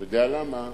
אתה יודע למה?